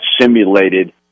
simulated